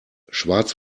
schwarz